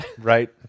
right